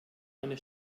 eine